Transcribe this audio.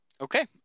Okay